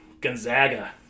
Gonzaga